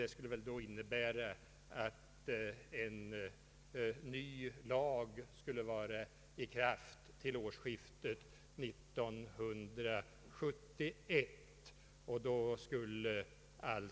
Det skulle innebära att en ny lag är i kraft vid årsskiftet 1971.